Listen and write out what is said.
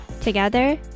Together